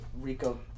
Rico